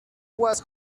was